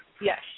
Yes